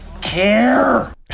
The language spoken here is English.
care